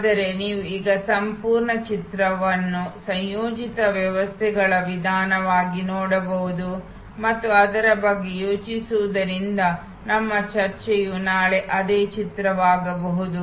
ಆದರೆ ನೀವು ಈಗ ಈ ಸಂಪೂರ್ಣ ಚಿತ್ರವನ್ನು ಸಂಯೋಜಿತ ವ್ಯವಸ್ಥೆಗಳ ವಿಧಾನವಾಗಿ ನೋಡಬಹುದು ಮತ್ತು ಅದರ ಬಗ್ಗೆ ಯೋಚಿಸುವುದರಿಂದ ನಮ್ಮ ಚರ್ಚೆಯು ನಾಳೆ ಅದೇ ಚಿತ್ರವಾಗಬಹುದು